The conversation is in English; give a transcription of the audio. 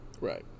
Right